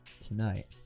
tonight